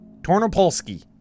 tornopolsky